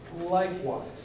likewise